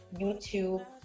youtube